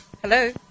Hello